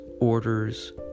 orders